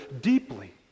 deeply